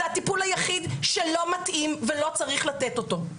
זה הטפול היחיד שלא מתאים ולא צריך לתת אותו.